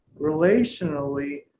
relationally